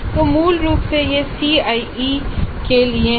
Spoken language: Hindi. तो मूल रूप से यह CIE के लिए है